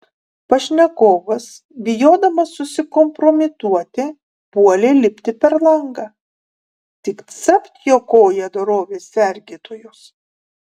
pašnekovas bijodamas susikompromituoti puolė lipti per langą tik capt jo koją dorovės sergėtojos